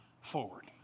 forward